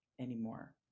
anymore